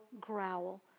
growl